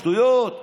שטויות.